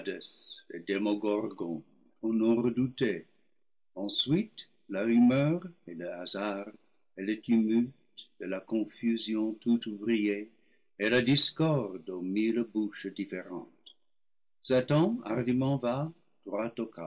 redouté ensuite la rumeur et le hasard et le tumulte et la confusion toute brouillée et la discorde aux mille bouches différentes satan hardiment va